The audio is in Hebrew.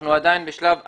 אנחנו עדיין בשלב המיון,